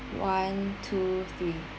one two three